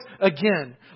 again